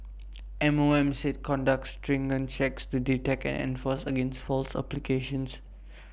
M O M said conducts stringent checks to detect and enforce against false applications